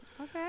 Okay